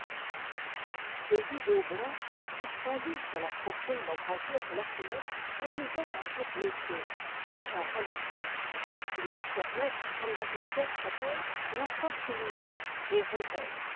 des rideaux blancs suspendus sur la profonde embrasure de la fenêtre tamisaient un jour laiteux déjà pâlissant ils enfermaient comme dans une claire chapelle l'enfant qui lisait et rêvait